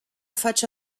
faccia